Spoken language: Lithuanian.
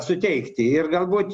suteikti ir galbūt